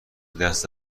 دست